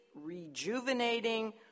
rejuvenating